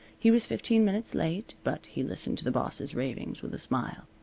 he was fifteen minutes late, but he listened to the boss's ravings with a smile.